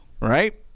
right